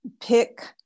pick